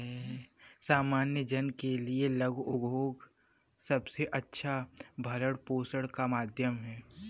सामान्य जन के लिये लघु उद्योग सबसे अच्छा भरण पोषण का माध्यम है